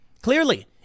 Clearly